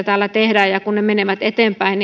täällä tehdään ja ja menee eteenpäin